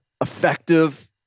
effective